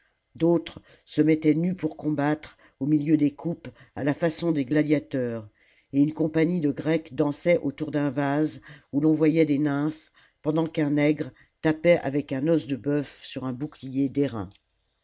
d'autres se mettaient nus pour combattre au milieu des coupes à la façon des gladiateurs et une compagnie de grecs dansait autour d'un vase où l'on voyait des nymphes pendant qu'un nègre tapait avec un os de bœuf sur un boucher